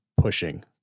pushing